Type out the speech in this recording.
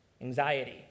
anxiety